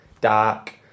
dark